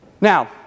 Now